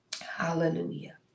Hallelujah